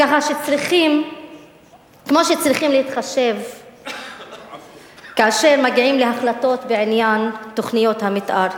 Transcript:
כמו שצריכים להתחשב כאשר מגיעים להחלטות בעניין תוכניות המיתאר.